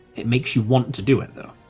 it makes you want to do it, though.